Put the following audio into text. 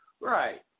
Right